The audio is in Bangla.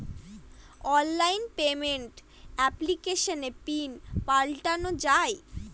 অনলাইন পেমেন্ট এপ্লিকেশনে পিন পাল্টানো যায়